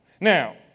Now